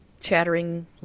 chattering